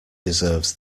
deserves